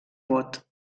vot